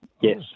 yes